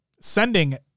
sending